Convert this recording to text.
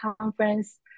conference